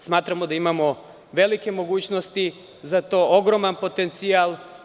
Smatramo da imamo velike mogućnosti za to, ogroman potencijal.